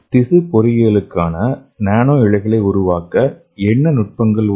திசு பொறியியலுக்கான நானோ இழைகளை உருவாக்க என்ன நுட்பங்கள் உள்ளன